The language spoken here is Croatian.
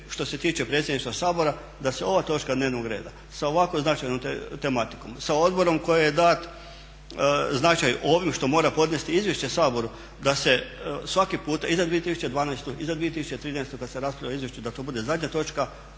što se tiče predsjedništva Sabora da se ova točka dnevnog reda sa ovako značajnom tematikom, sa odborom kojim je dat značaj ovim što mora podnijeti izvješće Saboru da se svaki puta i za 2012. i za 2013. kad se raspravlja o izvješću da to bude zadnja točka